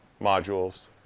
modules